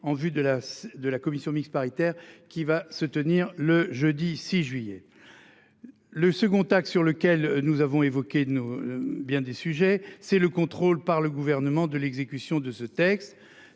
de la de la commission mixte paritaire qui va se tenir le jeudi 6 juillet. Le second axe sur lequel nous avons évoqué nos bien des sujets c'est le contrôle par le gouvernement de l'exécution de ce texte,